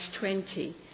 20